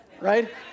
right